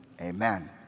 Amen